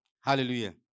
Hallelujah